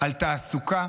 על תעסוקה,